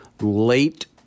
late